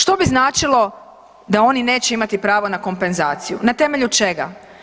Što bi značilo da oni neće imati pravo na kompenzaciju, na temelju čega?